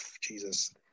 Jesus